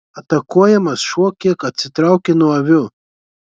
atakuojamas šuo kiek atsitraukė nuo avių